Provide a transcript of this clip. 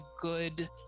good